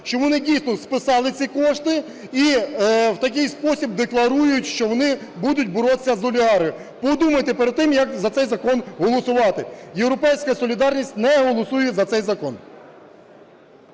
що вони, дійсно, списали ці кошти, і в такий спосіб декларують, що вони будуть боротися з олігархами. Подумайте перед тим, як за цей закон голосувати. "Європейська солідарність" не голосує за цей закон.